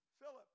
Philip